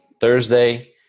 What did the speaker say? Thursday